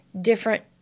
different